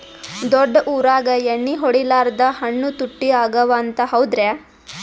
ದೊಡ್ಡ ಊರಾಗ ಎಣ್ಣಿ ಹೊಡಿಲಾರ್ದ ಹಣ್ಣು ತುಟ್ಟಿ ಅಗವ ಅಂತ, ಹೌದ್ರ್ಯಾ?